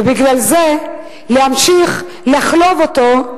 ובגלל זה להמשיך לחלוב אותו,